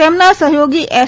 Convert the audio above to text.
તેમના સહથોગી એસ